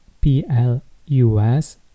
P-L-U-S